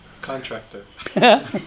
Contractor